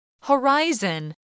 HORIZON